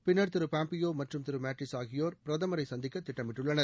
பின்னர் திரு பாம்பியோ மற்றும் திரு மேட்டிஸ் ஆகியோர் பிரதமரை சந்திக்க திட்டமிட்டுள்ளனர்